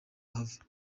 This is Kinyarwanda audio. ahave